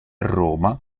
roma